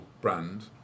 brand